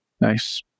Nice